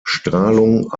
strahlung